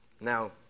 now